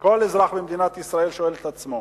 שכל אזרח במדינת ישראל שואל את עצמו.